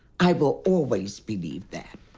i will always believe that.